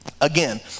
Again